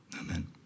Amen